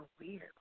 weird